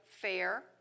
fair